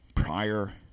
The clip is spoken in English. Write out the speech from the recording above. Prior